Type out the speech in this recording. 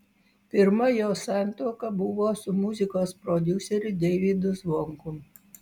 pirma jos santuoka buvo su muzikos prodiuseriu deivydu zvonkum